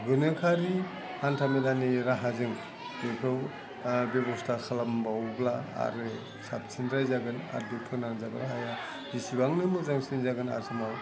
गोनोखोआरि हान्था मेलानि राहाजों बेखौ बेबस्था खालामबावोब्ला आरो साबसिन्द्राय जागोन आरो बे फोनांजाब राहाया जिसेबांनो मोजांसिन जागोन आसामाव